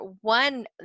one